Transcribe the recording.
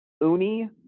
uni